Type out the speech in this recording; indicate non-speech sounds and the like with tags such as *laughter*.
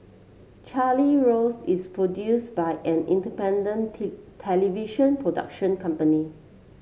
Charlie Rose is produce by an independent *unintelligible* television production company